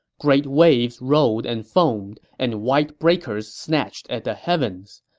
great waves rolled and foamed, and white breakers snatched at the heavens.